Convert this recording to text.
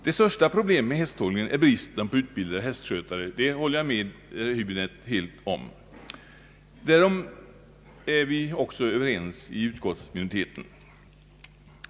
Det största problemet med hästhållningen är just bristen på utbildade hästskötare, det håller jag helt med herr Höbinette om, Därom är vi också överens inom utskottsminoriteten.